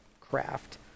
craft